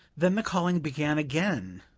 then the calling began again!